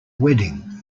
wedding